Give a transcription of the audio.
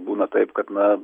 būna taip kad na